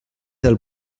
del